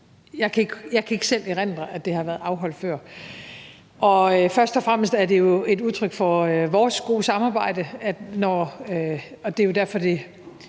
Jeg kan ikke selv erindre, at det har været afholdt før. Først og fremmest er det jo et udtryk for vores gode samarbejde, og jeg synes jo, det